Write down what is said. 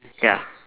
ya